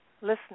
Listening